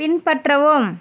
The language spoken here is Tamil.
பின்பற்றவும்